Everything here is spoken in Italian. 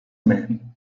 men